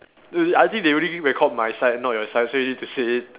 err I think they only give record my side not your side so you need to say it